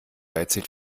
erzählt